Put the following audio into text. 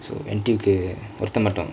so N_T_U ஒறுத்தெ மட்டு:oruthe mattu